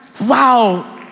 wow